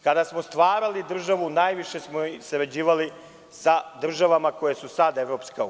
Kada smo stvarali državu najviše smo sarađivali sa državama koje su sada EU.